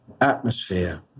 atmosphere